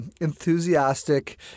enthusiastic